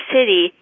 City